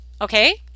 Okay